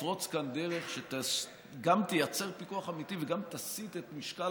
לפרוץ כאן דרך שגם תייצר פיקוח אמיתי וגם תסיט את משקל